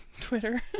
Twitter